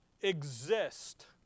exist